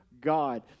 God